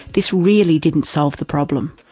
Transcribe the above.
this really didn't solve the problem.